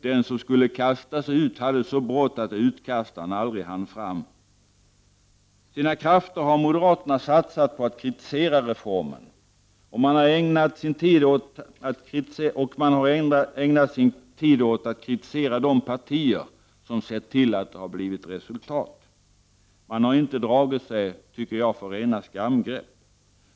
Den som skulle kastas ut hade så brått att utkastaren aldrig hann fram. Sina krafter har moderaterna satsat på att kritisera reformen. Man har ägnat sig åt att kritisera de partier som sett till att det har blivit resultat. Man har, tycker jag, inte dragit sig för rena skamgrepp.